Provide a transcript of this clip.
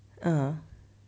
uh